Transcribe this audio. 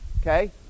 okay